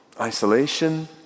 isolation